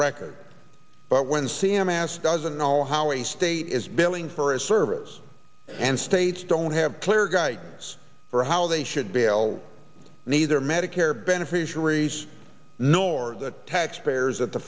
record but when c m s doesn't know how a state is billing for a service and states don't have clear guidelines for how they should bail neither medicare beneficiaries nor the taxpayers at the